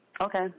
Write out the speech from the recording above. okay